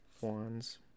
wands